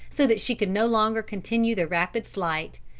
so that she could no longer continue the rapid flight,